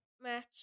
match